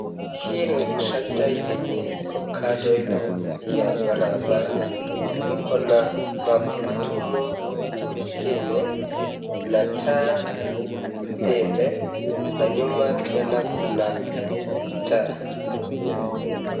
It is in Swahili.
Hii ni trekta yenye iko kando ya barabara. Iko na magurudumu nne na taa mbele na nyuma tena kuna taa.